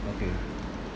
okay